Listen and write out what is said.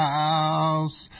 house